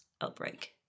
outbreak